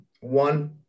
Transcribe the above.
one